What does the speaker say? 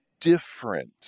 different